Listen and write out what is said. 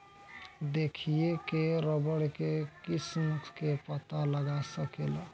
देखिए के रबड़ के किस्म के पता लगा सकेला